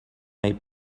may